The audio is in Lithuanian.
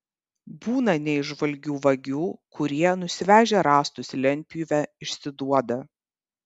būna neįžvalgių vagių kurie nusivežę rąstus į lentpjūvę išsiduoda